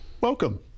Welcome